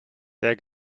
der